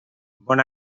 bon